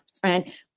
friend